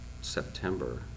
September